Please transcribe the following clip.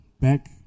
back